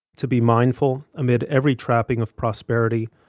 to be mindful amid every trapping of prosperity,